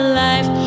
life